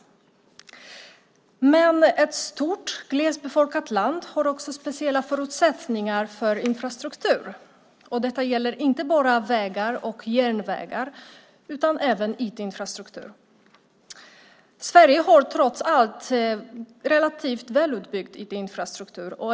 Ett stort, glesbefolkat land har också speciella förutsättningar för infrastruktur. Det gäller inte bara vägar och järnvägar utan även IT-infrastruktur. Sverige har trots allt en relativt välutbyggd IT-infrastruktur.